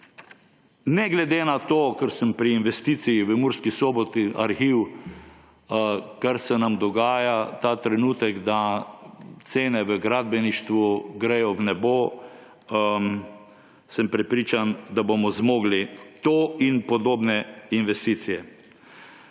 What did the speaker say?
ne glede na to, kar sem pri investiciji v Murski Soboti, Arhiv, kar se nam dogaja ta trenutek, da cene v gradbeništvu gredo v nebo, sem prepričan, da bomo zmogli to in podobne investicije.